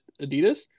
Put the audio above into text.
Adidas